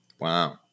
Wow